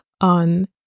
on